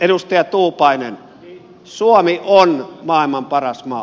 edustaja tuupainen suomi on maailman paras maa